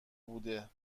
بوده